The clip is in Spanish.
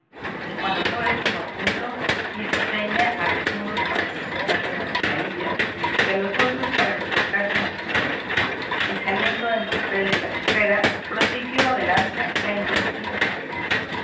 y cuando todo estuvo a punto hizo seña a los unos para que soltasen las traíllas y a los otros para que tocasen las trompas y saliendo en tropel de la chopera prosiguió adelante la interrumpida caza